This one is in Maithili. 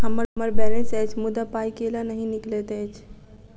हम्मर बैलेंस अछि मुदा पाई केल नहि निकलैत अछि?